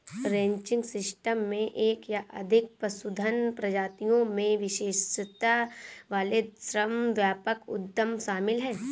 ranching system में एक या अधिक पशुधन प्रजातियों में विशेषज्ञता वाले श्रम व्यापक उद्यम शामिल हैं